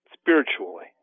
spiritually